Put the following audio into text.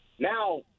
Now